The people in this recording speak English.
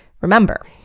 remember